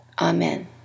Amen